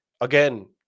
again